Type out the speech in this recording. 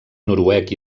noruec